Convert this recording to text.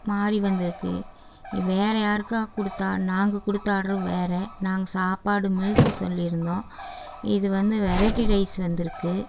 மாறி வந்திருக்கு இ வேறே யாருக்கா கொடுத்தா நாங்கள் கொடுத்த ஆர்டரு வேறே நாங்க சாப்பாடு மீல்ஸு சொல்லியிருந்தோம் இது வந்து வெரைட்டி ரைஸ் வந்திருக்கு